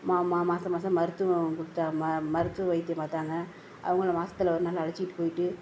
மாதம் மாதம் மருத்துவம் கொடுத்தாங்க மருத்துவ வைத்தியம் பார்த்தாங்க அவங்கள மாதத்துல ஒரு நாள் அழைச்சிக்கிட்டு போய்ட்டு